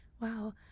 Wow